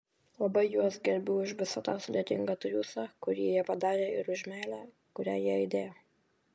labai juos gerbiu už visą tą sudėtingą triūsą kurį jie padarė ir už meilę kurią jie įdėjo